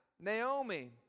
Naomi